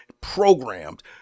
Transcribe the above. programmed